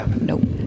nope